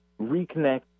reconnect